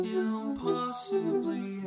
impossibly